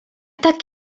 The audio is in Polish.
tak